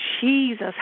Jesus